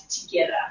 together